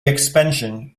expansion